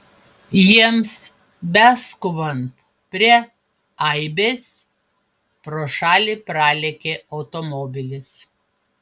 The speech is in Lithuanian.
jiems beskubant prie aibės pro šalį pralėkė automobilis